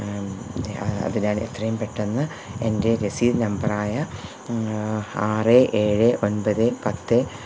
അതിനാണ് എത്രയും പെട്ടന്ന് എന്റെ രെസീത് നമ്പരായ ആറ് ഏഴ് ഒൻപത് പത്ത്